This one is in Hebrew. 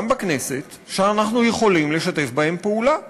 גם בכנסת, שאנחנו יכולים לשתף בהם פעולה,